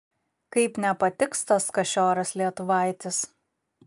kaip nepatiks tas kašioras lietuvaitis